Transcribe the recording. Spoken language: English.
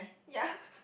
ya